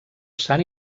sant